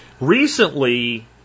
Recently